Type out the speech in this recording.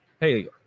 hey